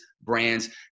brands